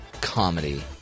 comedy